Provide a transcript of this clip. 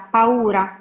paura